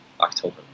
October